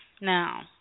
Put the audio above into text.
now